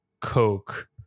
Coke